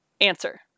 Answer